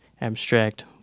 abstract